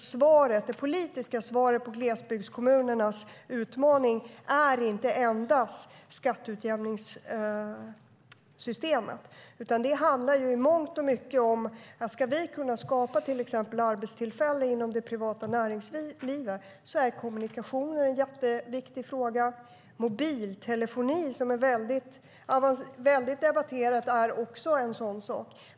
Det politiska svaret på glesbygdskommunernas utmaning är inte endast skatteutjämningssystemet, utan det handlar i mångt och mycket om att ska vi till exempel kunna skapa arbetstillfällen inom det privata näringslivet är kommunikationer en jätteviktig fråga. Mobiltelefoni, som är mycket debatterat, är också en sådan sak.